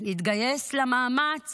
נתגייס למאמץ